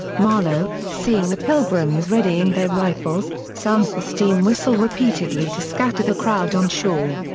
marlow, seeing the pilgrims readying their rifles, sounds the steam whistle repeatedly to scatter the crowd on shore.